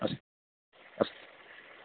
अस्तु अस्तु